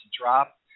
drop